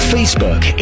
Facebook